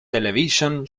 television